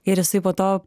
ir jisai po to